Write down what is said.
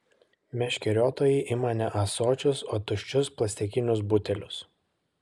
meškeriotojai ima ne ąsočius o tuščius plastikinius butelius